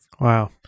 Wow